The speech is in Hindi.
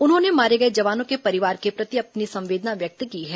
उन्होंने मारे गए जवानों के परिवार के प्रति अपनी संवेदना व्यक्त की है